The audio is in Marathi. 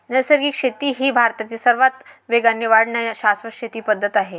नैसर्गिक शेती ही भारतातील सर्वात वेगाने वाढणारी शाश्वत शेती पद्धत आहे